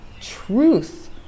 truth